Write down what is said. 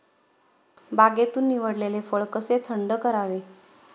बागेतून निवडलेले फळ कसे थंड करावे?